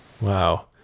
Wow